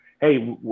hey